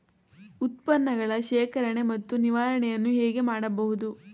ಉತ್ಪನ್ನಗಳ ಶೇಖರಣೆ ಮತ್ತು ನಿವಾರಣೆಯನ್ನು ಹೇಗೆ ಮಾಡಬಹುದು?